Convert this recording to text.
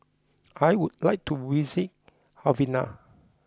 I would like to visit Havana